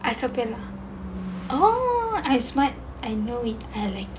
acappella oh I smart I know it I like it